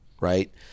right